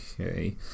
Okay